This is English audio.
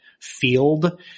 field